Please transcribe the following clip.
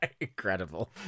Incredible